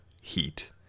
Heat